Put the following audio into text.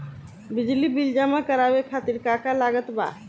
बिजली बिल जमा करावे खातिर का का लागत बा?